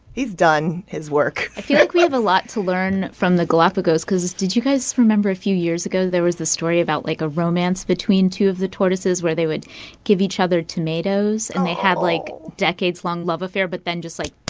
he's done his work i feel like we have a lot to learn from the galapagos because did you guys remember a few years ago, there was this story about like a romance between two of the tortoises where they would give each other tomatoes, and they had like decades-long love affair, but then just, like,